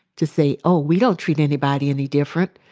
to say, oh, we don't treat anybody any different.